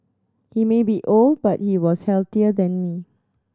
he may be old but he was healthier than me